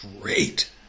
Great